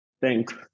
Thanks